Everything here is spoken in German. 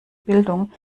bildung